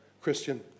Christian